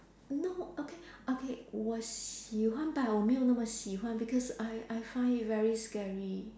no okay okay 我喜欢 but 我没有那么喜欢 because I I find it very scary